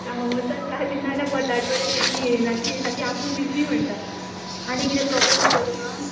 सामोसा चा दी नाल्या बटाट वडे दी तीं येयना तीं येयना तीं आपूण बिजी म्हणटा आनी किदे प्रॉब्लम आसा तुका